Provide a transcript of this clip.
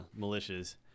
militias